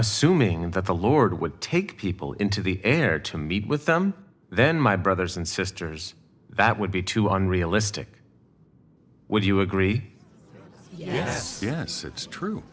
assuming that the lord would take people into the air to meet with them then my brothers and sisters that would be to on realistic would you agree yes yes it's true